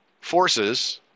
forces